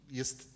jest